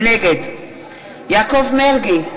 נגד יעקב מרגי,